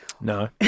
No